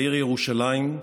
בעיר ירושלים,